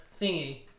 thingy